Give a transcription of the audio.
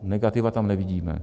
Negativa tam nevidíme.